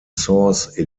source